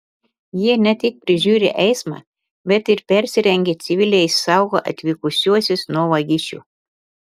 jie ne tik prižiūri eismą bet ir persirengę civiliais saugo atvykusiuosius nuo vagišių